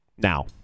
Now